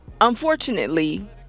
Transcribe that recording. unfortunately